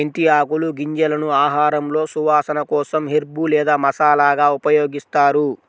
మెంతి ఆకులు, గింజలను ఆహారంలో సువాసన కోసం హెర్బ్ లేదా మసాలాగా ఉపయోగిస్తారు